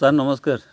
sir ନମସ୍କାର